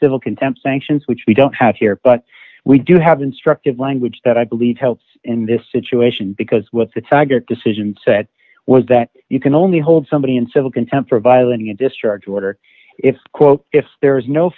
civil contempt sanctions which we don't have here but we do have instructed language that i believe helps in this situation because what the tiger decision said was that you can only hold somebody in civil contempt for violating a discharge order if quote if there is no